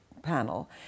Panel